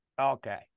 Okay